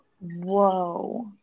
whoa